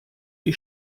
die